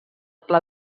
pla